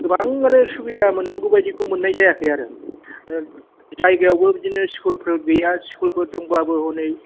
गोबाङानो सुबिदा मोन्नांगौ बायदिखौ मोन्नाय जायाखै आरो जायगायावबो बिदिनो स्कुलफोर गैया स्कुलफोर दंबाबो हनै